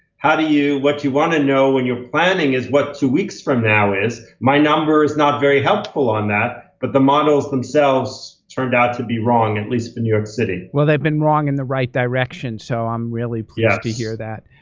how do you, what you want to know when you're planning is what two weeks from now is. my number is not very helpful on that. but the models themselves turned out to be wrong, at least for new york city. well, they've been wrong in the right direction. so i'm really pleased yes. to hear that.